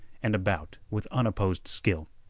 and about with unopposed skill.